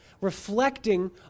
reflecting